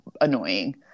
annoying